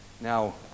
Now